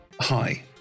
Hi